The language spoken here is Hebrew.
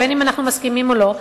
בין שאנחנו מסכימים ובין שלא,